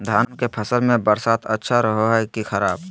धान के फसल में बरसात अच्छा रहो है कि खराब?